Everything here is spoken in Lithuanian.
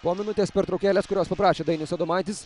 po minutės pertraukėlės kurios paprašė dainius adomaitis